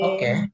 Okay